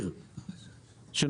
תודה על היסודיות,